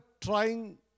trying